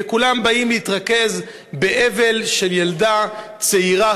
וכולם באים להתרכז באבל על ילדה צעירה,